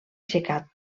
aixecat